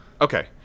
okay